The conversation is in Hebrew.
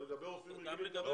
אבל לגבי רופאים רגילים --- גם,